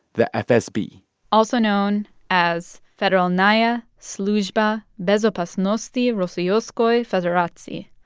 the fsb also known as federal'naya sluzhba bezopasnosti rossiyskoi federatsii.